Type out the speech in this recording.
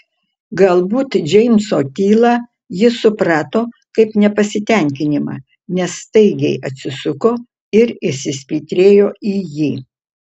galbūt džeimso tylą ji suprato kaip nepasitenkinimą nes staigiai atsisuko ir įsispitrėjo į jį